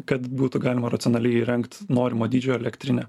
kad būtų galima racionaliai įrengt norimo dydžio elektrinę